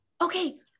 Okay